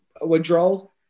withdrawal